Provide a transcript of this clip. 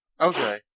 Okay